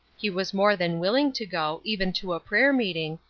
he was more than willing to go, even to a prayer-meeting,